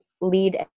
lead